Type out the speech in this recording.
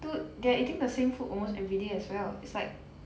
dude they're eating the same food almost everyday as well it's like